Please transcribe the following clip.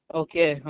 okay